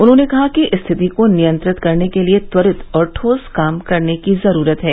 उन्होंने कहा कि स्थिति को नियंत्रित करने के लिए त्वरित और ठोस काम करने की जरूरत है